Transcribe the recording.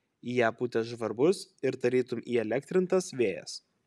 į ją pūtė žvarbus ir tarytum įelektrintas vėjas